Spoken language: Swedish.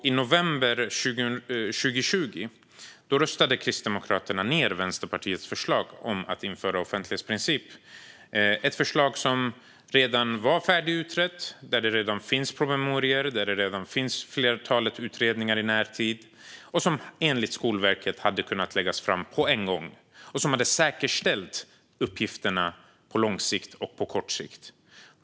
I november 2020 röstade Kristdemokraterna ned Vänsterpartiets förslag om att införa offentlighetsprincipen, ett förslag som redan var färdigutrett. Det finns redan promemorior och ett flertal utredningar i närtid. Förslaget hade enligt Skolverket kunnat läggas fram på en gång, och det hade säkerställt uppgifterna på lång sikt och på kort sikt.